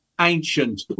ancient